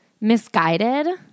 misguided